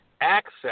access